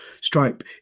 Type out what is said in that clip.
stripe